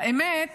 האמת,